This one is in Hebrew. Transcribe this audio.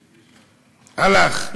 הלך,